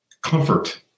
comfort